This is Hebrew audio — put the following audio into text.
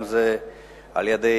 אם על-ידי